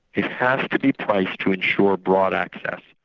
it has to be priced to ensure broad access.